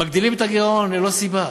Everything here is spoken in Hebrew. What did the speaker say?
מגדילים את הגירעון ללא סיבה,